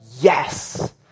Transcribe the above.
yes